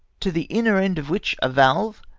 to the inner end of which a valve,